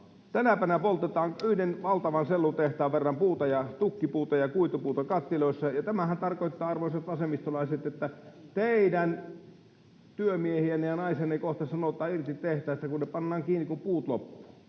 Tänäpänä poltetaan yhden valtavan sellutehtaan verran puuta, tukkipuuta ja kuitupuuta, kattiloissa, ja tämähän tarkoittaa, arvoisat vasemmistolaiset, että teidän työmiehiänne ja -naisianne kohta sanotaan irti tehtaista, kun ne pannaan kiinni, kun puut loppuvat.